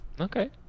Okay